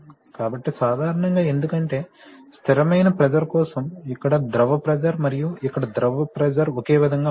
కాబట్టి సాధారణంగా ఎందుకంటే స్థిరమైన ప్రెషర్ కోసం ఇక్కడ ద్రవ ప్రెషర్ మరియు ఇక్కడ ద్రవ ప్రెషర్ ఒకే విధంగా ఉంటాయి